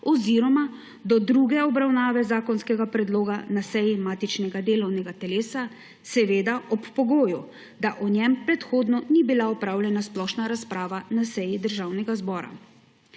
oziroma do druge obravnave zakonskega predloga na seji matičnega delovnega telesa, seveda ob pogoju, da o njem predhodno ni bila opravljena splošna razprava na seji Državnega zbora.